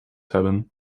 hebben